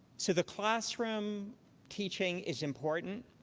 so, the classroom teaching is important.